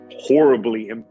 horribly